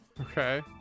Okay